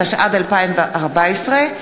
התשע"ד 2014,